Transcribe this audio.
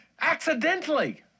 accidentally